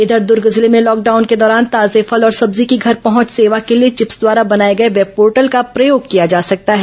इधर दर्ग जिले में लॉकडाउन के दौरान ताजे फल और सब्जी की घर पहंच सेवा के लिए चिप्स द्वारा बनाए गए वेबपोर्टल का प्रयोग किया जा सकता है